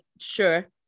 sure